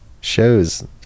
shows